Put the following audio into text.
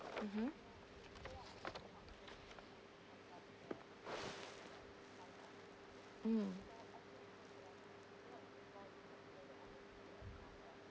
mmhmm mm